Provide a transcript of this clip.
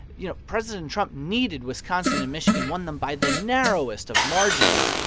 you know, president trump needed wisconsin and michigan, won them by the narrowest of margins.